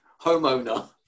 homeowner